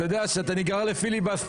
אתה יודע שאתה נגרר לפיליבסטר,